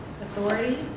authority